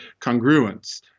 congruence